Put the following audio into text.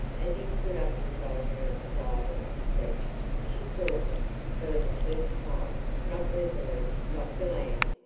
as he stood up beside her and sighed and stretched, she saw him, for the first time, not resolute, not gallant,